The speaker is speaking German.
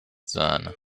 sahne